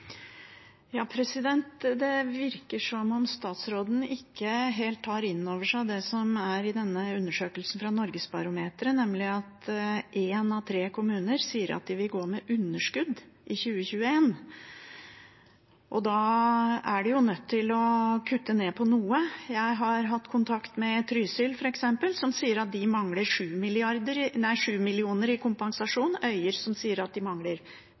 Det virker som om statsråden ikke helt tar inn over seg det som står i denne undersøkelsen fra NorgesBarometeret, nemlig at én av tre kommuner sier at de vil gå med underskudd i 2021. Da er de jo nødt til å kutte ned på noe. Jeg har hatt kontakt med Trysil, f.eks., som sier at de mangler 7 mrd. kr – nei, 7 mill. kr i kompensasjon, og Øyer, som sier at de mangler